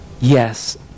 yes